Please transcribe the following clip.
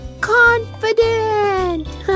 confident